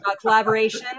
Collaboration